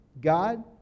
God